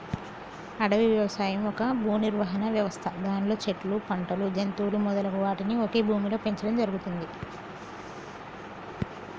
అడవి వ్యవసాయం ఒక భూనిర్వహణ వ్యవస్థ దానిలో చెట్లు, పంటలు, జంతువులు మొదలగు వాటిని ఒకే భూమిలో పెంచడం జరుగుతుంది